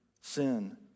sin